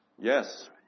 Yes